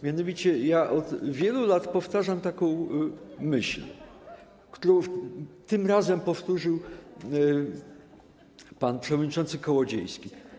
Mianowicie ja od wielu lat powtarzam taką myśl, którą tym razem powtórzył pan przewodniczący Kołodziejski.